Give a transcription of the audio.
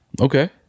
Okay